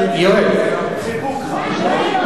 אולי תקבל איזה חיבוק חם.